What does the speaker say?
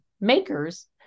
makers